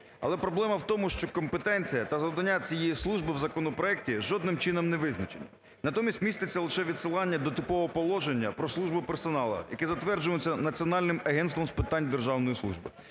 Але проблема в тому, що компетенція та завдання цієї служби в законопроекті жодним чином не визначено. Натомість містяться лише відсилання до типового положення про службу персоналу, яке затверджується Національним агентством з питань державної служби.